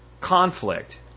conflict